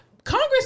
Congress